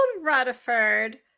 Rutherford